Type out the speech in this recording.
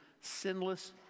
sinless